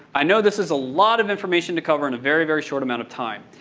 i know this is a lot of information to cover in a very, very short amount of time.